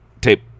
tape